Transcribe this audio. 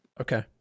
Okay